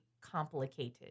complicated